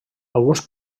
alguns